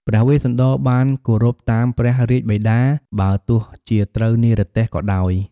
ព្រះវេស្សន្តរបានគោរពតាមព្រះរាជបិតា បើទោះជាត្រូវនិរទេសក៏ដោយ។